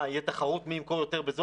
מה, תהיה תחרות מי ימכור יותר בזול